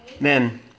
Men